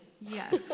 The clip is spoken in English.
Yes